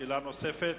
שאלה נוספת?